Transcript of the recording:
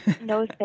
no